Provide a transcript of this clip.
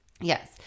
yes